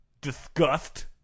disgust